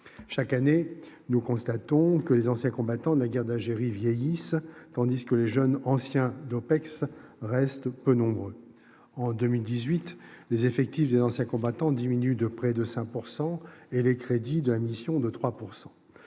Chaque année, nous constatons que les anciens combattants de la guerre d'Algérie vieillissent, tandis que les jeunes anciens des opérations extérieures, les OPEX, restent peu nombreux. En 2018, les effectifs des anciens combattants diminuent de près de 5 % et les crédits de la mission, de 3 %.